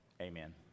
Amen